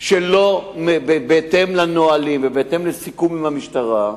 שלא בהתאם לנהלים ובהתאם לסיכום עם המשטרה,